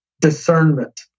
Discernment